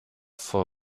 for